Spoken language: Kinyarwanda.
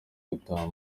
gutaha